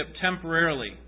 temporarily